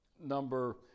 number